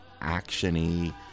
action-y